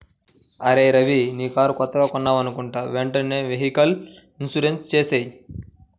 అరేయ్ రవీ నీ కారు కొత్తగా కొన్నావనుకుంటా వెంటనే వెహికల్ ఇన్సూరెన్సు చేసేయ్